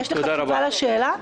יש לך תשובה לשאלה?